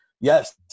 yes